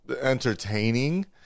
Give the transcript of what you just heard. entertaining